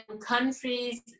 countries